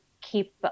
keep